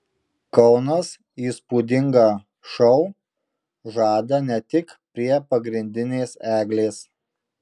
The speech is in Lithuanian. kaunas įspūdingą šou žada ne tik prie pagrindinės eglės